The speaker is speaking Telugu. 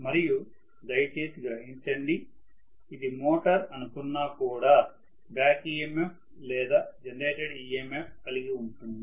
మరియు దయచేసి గ్రహించండి ఇది మోటర్ అనుకున్నా కూడా బ్యాక్ EMF లేదా జనరేటెడ్ EMF కలిగి ఉంటుంది